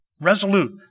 resolute